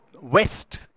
West